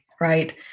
right